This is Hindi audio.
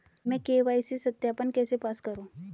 मैं के.वाई.सी सत्यापन कैसे पास करूँ?